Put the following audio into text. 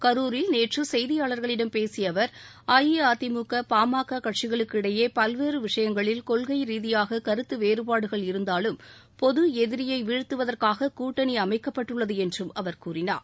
கரூரில் நேற்று செய்தியாளர்களிடம் பேசிய அவர் அஇஅதிமுக பாமக கட்சிகளுக்கு இடையே பல்வேறு விஷயங்களில் கொள்கை ரீதியாக கருத்து வேறுபாடுகள் இருந்தாலும் பொது எதிரியை வீழ்த்துவதற்காக கூட்டணி அமைக்கப்பட்டுள்ளது என்றும் அவர் கூறினார்